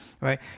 right